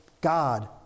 God